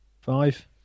Five